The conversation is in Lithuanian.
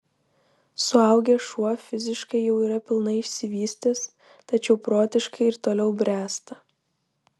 suaugęs šuo fiziškai jau yra pilnai išsivystęs tačiau protiškai ir toliau bręsta